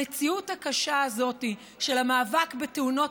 המציאות הקשה הזאת של המאבק בתאונות